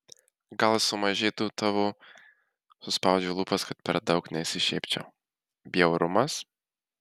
gal sumažėtų tavo suspaudžiu lūpas kad per daug neišsišiepčiau bjaurumas